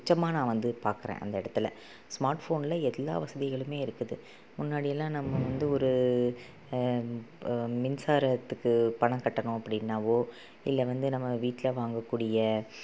உச்சமாக நான் வந்து பார்க்குறேன் அந்த இடத்துல ஸ்மார்ட்ஃபோனில் எல்லா வசதிகளும் இருக்குது முன்னாடியெல்லான் நம்ம வந்து ஒரு மின்சாரத்துக்கு பணம் கட்டணும் அப்படின்னாவோ இல்லை வந்து நம்ம வீட்டில் வாங்க கூடிய